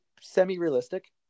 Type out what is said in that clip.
semi-realistic